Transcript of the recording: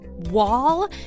wall